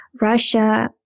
Russia